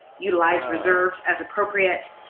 utilize reserves as appropriate,